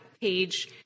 page